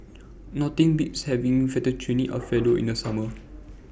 Nothing Beats having Fettuccine Alfredo in The Summer